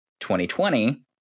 2020